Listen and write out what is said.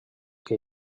que